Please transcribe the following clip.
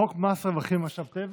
חוק מס רווחים ממשאבי טבע?